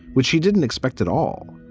which she didn't expect at all.